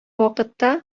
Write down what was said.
вакытта